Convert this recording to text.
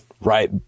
right